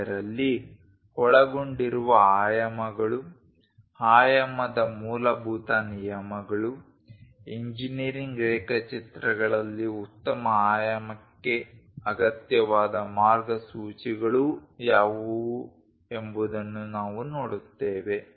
ಇದರಲ್ಲಿ ಒಳಗೊಂಡಿರುವ ಆಯಾಮಗಳು ಆಯಾಮದ ಮೂಲಭೂತ ನಿಯಮಗಳು ಇಂಜಿನೀರಿಂಗ್ ರೇಖಾಚಿತ್ರಗಳಲ್ಲಿ ಉತ್ತಮ ಆಯಾಮಕ್ಕೆ ಅಗತ್ಯವಾದ ಮಾರ್ಗಸೂಚಿಗಳು ಯಾವುವು ಎಂಬುದನ್ನು ನಾವು ನೋಡುತ್ತೇವೆ